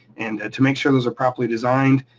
and to make sure those are properly designed.